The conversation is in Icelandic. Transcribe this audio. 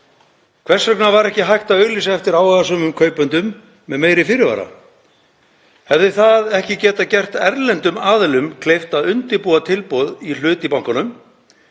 Hvers vegna var ekki hægt að auglýsa eftir áhugasömum kaupendum með meiri fyrirvara? Hefði það ekki getað gert erlendum aðilum kleift að undirbúa tilboð í hlut í bankanum